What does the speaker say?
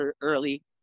early